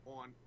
on